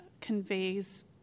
conveys